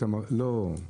לא.